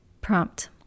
Prompt